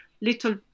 little